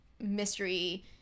Mystery